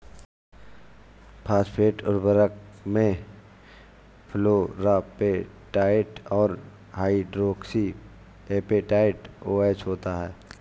phosphate उर्वरक में fluorapatite और हाइड्रोक्सी एपेटाइट ओएच होता है